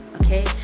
Okay